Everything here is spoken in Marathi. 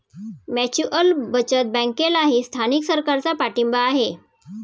म्युच्युअल बचत बँकेलाही स्थानिक सरकारचा पाठिंबा आहे